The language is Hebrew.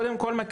קודם כול,